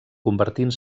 convertint